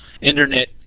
internet